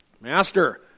Master